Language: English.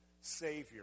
Savior